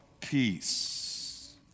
peace